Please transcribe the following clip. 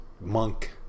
monk